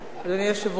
אדוני היושב-ראש,